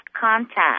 contact